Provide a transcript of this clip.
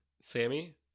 Sammy